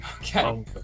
Okay